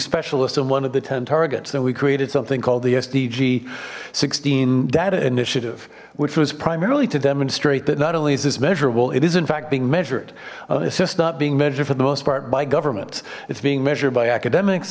specialists in one of the ten targets that we created something called the sdg sixteen data initiative which was primarily to demonstrate that not only is this measurable it is in fact being measured it's just not being measured for the most part by governments it's being measured by academics